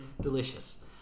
delicious